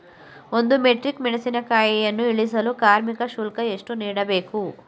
ಒಂದು ಮೆಟ್ರಿಕ್ ಮೆಣಸಿನಕಾಯಿಯನ್ನು ಇಳಿಸಲು ಕಾರ್ಮಿಕ ಶುಲ್ಕ ಎಷ್ಟು ನೀಡಬೇಕು?